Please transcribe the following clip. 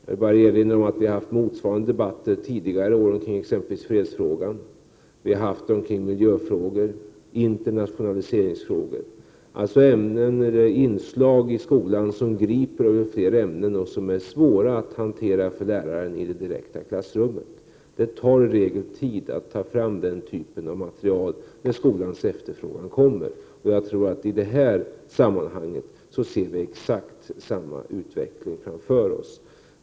Jag vill erinra om att vi har haft motsvarande debatter tidigare i år exempelvis kring fredsfrågor, miljöfrågor och internationaliseringsfrågor, alltså ämnen med inslag i skolan som griper över fler ämnen och som är svåra att hantera för lärare direkt i klassrummet. Det tar i regel tid att ta fram den typen av material när skolans efterfrågan uppkommer. I det här sammanhanget ser vi exakt samma utveckling framför oss.